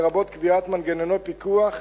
לרבות קביעת מנגנוני פיקוח,